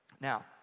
Now